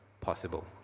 possible